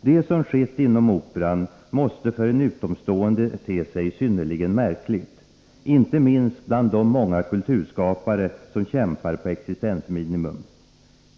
Det som skett inom Operan måste för en utomstående te sig synnerligen märkligt — inte minst bland de många kulturskapare som kämpar på existensminimum.